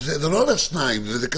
זה לא מעוגן ולא